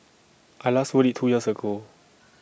I last rode IT two years ago